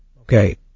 Okay